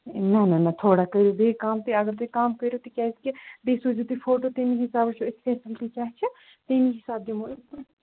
نہ نہ نہ تھوڑا کٔرِو بیٚیہِ کَم تُہۍ اگر تُہۍ کَم کٔرِو تِکیٛازِ کہِ بیٚیہِ سوٗزِو تُہۍ فوٹو تَمے حِسابہٕ وُچھو أسۍ فیسَلٹی کیٛاہ چھِ تمے حِساب دِمو أسۍ